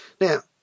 Now